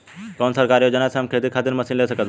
कौन सरकारी योजना से हम खेती खातिर मशीन ले सकत बानी?